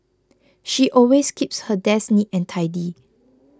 she always keeps her desk neat and tidy